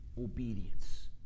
obedience